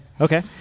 Okay